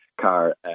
car